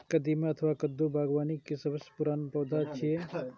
कदीमा अथवा कद्दू बागबानी के सबसं पुरान पौधा छियै